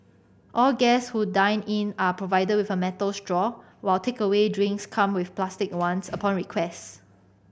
all guests who dine in are provided with a metal straw while takeaway drinks come with plastic ones upon request